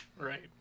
Right